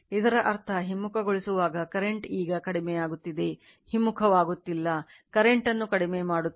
ಇದರ ಅರ್ಥ ಹಿಮ್ಮುಖಗೊಳಿಸುವಾಗ ಕರೆಂಟ್ ಈಗ ಕಡಿಮೆಯಾಗುತ್ತಿದೆ ಹಿಮ್ಮುಖವಾಗುತ್ತಿಲ್ಲ ಕರೆಂಟ್ ಅನ್ನು ಕಡಿಮೆ ಮಾಡುತ್ತಿದೆ